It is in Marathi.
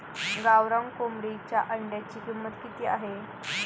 गावरान कोंबडीच्या अंड्याची किंमत किती आहे?